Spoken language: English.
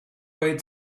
wait